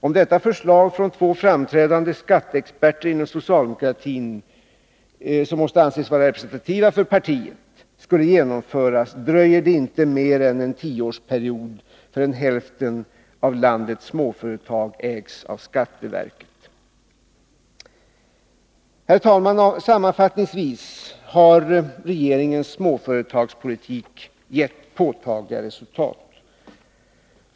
Om detta förslag från två framträdande skatteexperter inom socialdemokratin — som måste anses vara representativa för partiet — skulle genomföras, dröjer det inte mer än en tioårsperiod förrän hälften av landets småföretag ägs av skatteverket. Herr talman! Sammanfattningsvis har regeringens småföretagspolitik gett påtagliga resultat.